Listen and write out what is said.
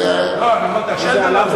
אמרתי: השתן עלה.